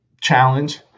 challenge